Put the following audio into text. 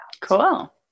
Cool